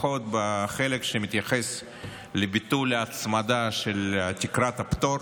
לפחות בחלק שמתייחס לביטול ההצמדה של תקרת הפטור